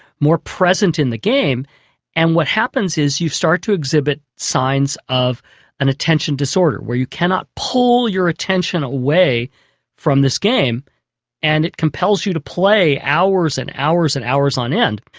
more present in the game and what happens is you start to exhibit signs of an attention disorder where you cannot pull your attention away from this game and it compels you to play hours and hours and hours on end.